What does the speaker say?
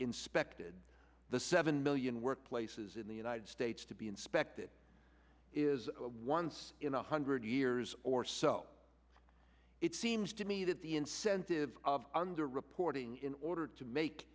inspected the seven million workplaces in the united states to be inspected is one so in a hundred years or so it seems to me that the incentive of underreporting in order to make